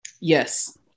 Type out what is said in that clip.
Yes